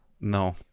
no